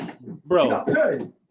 bro